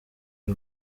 iyi